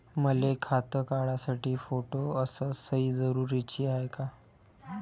मले खातं काढासाठी फोटो अस सयी जरुरीची हाय का?